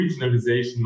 regionalization